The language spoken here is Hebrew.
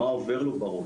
מה עובר לו בראש?